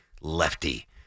lefty